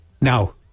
now